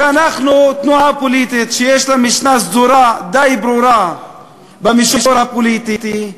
שאנחנו תנועה פוליטית שיש לה משנה סדורה די ברורה במישור הפוליטי,